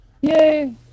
Yay